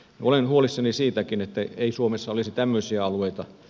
olen huolissani siitäkin että ei suomessa olisi tämmöisiä alueita